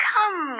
Come